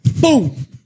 Boom